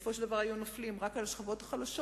שבסופו של דבר היו נופלים רק על השכבות החלשות,